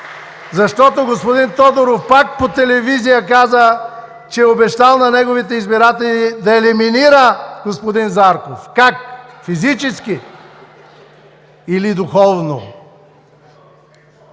защото господин Тодоров пак по телевизия каза, че е „обещал на неговите избиратели да елиминира господин Зарков“. Как – физически или духовно?